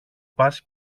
πας